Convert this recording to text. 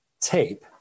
tape